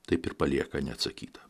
taip ir palieka neatsakytą